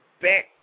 back